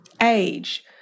age